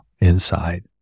inside